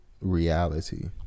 reality